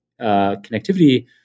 connectivity